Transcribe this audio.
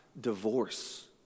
divorce